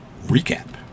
recap